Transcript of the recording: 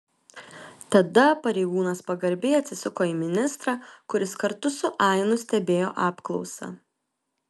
tada pareigūnas pagarbiai atsisuko į ministrą kuris kartu su ainu stebėjo apklausą